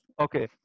Okay